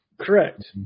Correct